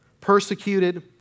Persecuted